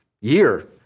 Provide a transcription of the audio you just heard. year